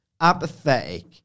apathetic